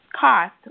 cost